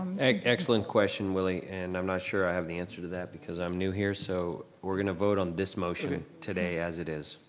excellent question, willie, and i'm not sure i have the answer to that because i'm new here. so we're gonna vote on this motion today as it is.